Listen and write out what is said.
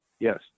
Yes